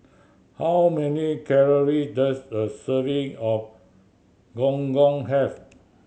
how many calorie does a serving of Gong Gong have